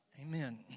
amen